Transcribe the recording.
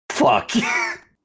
Fuck